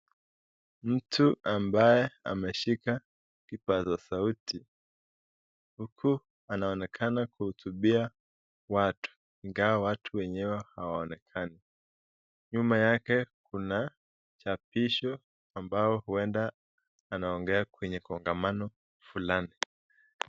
Mtu ambaye ameshika kipaza sauti huku anaonekana kuhutubia watu ingawa watu wenyewe hawaonekani. Nyuma yake kuna chapisho ambao huenda anaongea kwenye kongamano fulani.